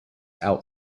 out